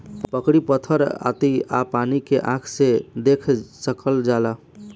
लकड़ी पत्थर आती आ पानी के आँख से देख सकल जाला